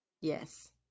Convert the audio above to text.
Yes